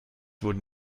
wurden